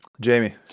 Jamie